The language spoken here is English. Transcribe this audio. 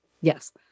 Yes